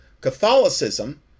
catholicism